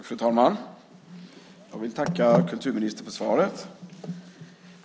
Fru talman! Jag vill tacka kulturministern för svaret.